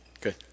Good